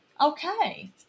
Okay